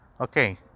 Okay